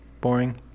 Boring